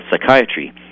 psychiatry